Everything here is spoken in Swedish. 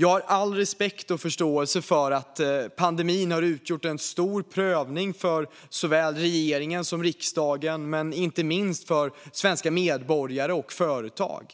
Jag har all respekt och förståelse för att pandemin har utgjort en stor prövning för såväl regeringen som riksdagen men inte minst för svenska medborgare och företag.